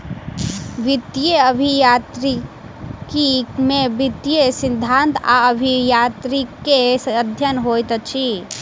वित्तीय अभियांत्रिकी में वित्तीय सिद्धांत आ अभियांत्रिकी के अध्ययन होइत अछि